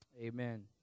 Amen